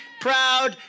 proud